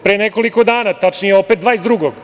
Pre nekoliko dana, tačnije, opet 22.